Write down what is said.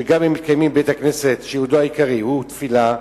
שגם אם מתקיימים בבית-הכנסת שייעודו העיקרי הוא תפילה,